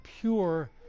pure